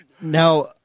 Now